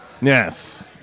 Yes